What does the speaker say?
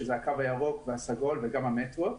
שזה הקו הירוק והסגול וגם המטרו.